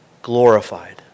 Glorified